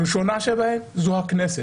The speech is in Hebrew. הראשונה שבהן זו הכנסת.